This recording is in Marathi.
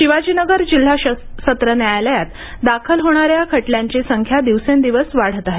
शिवाजीनगर जिल्हा सत्र न्यायालयात दाखल होणाऱ्या खटल्यांची संख्या दिवसेंदिवस वाढत आहे